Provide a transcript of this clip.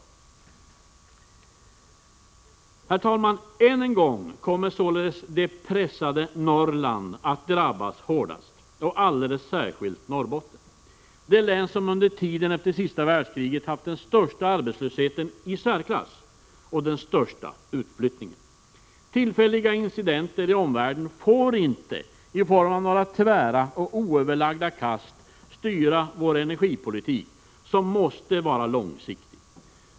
Herr talman! Än en gång kommer således det pressade Norrland att drabbas hårdast, och alldeles särskilt Norrbotten, det län som under tiden efter sista världskriget haft den största arbetslösheten — i särklass — och den största utflyttningen. Tillfälliga incidenter i omvärlden får inte i form av några tvära och oöverlagda kast styra vår energipolitik, som måste vara långsiktig.